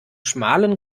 schmalen